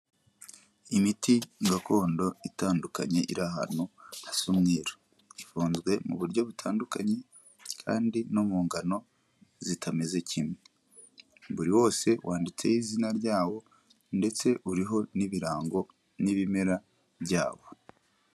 Imiti gakondo itandukanye iri ahantu hasa umweru, ifunzwe mu buryo butandukanye kandi no mu ngano zitameze kimwe, buri wose wanditseho izina ryawo ndetse uriho n'ibirango n'ibimera byabo.